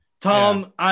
Tom